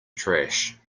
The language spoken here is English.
trash